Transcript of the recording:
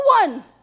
one